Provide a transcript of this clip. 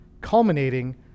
culminating